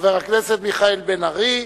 חבר הכנסת מיכאל בן-ארי,